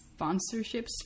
sponsorships